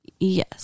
Yes